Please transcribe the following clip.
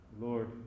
Lord